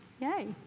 Yay